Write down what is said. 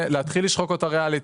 ולהתחיל לשחוק אותה ריאלית.